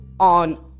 on